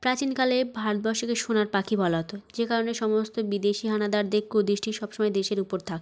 প্রাচীন কালে ভারতবর্ষকে সোনার পাখি বলা হতো যে কারণে সমস্ত বিদেশি হানাদারদের কুদৃষ্টি সব সময় দেশের উপর থাকতো